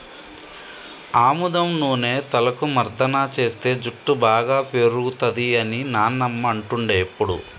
ఆముదం నూనె తలకు మర్దన చేస్తే జుట్టు బాగా పేరుతది అని నానమ్మ అంటుండే ఎప్పుడు